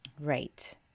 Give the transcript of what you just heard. Right